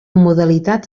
modalitat